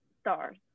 stars